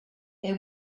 they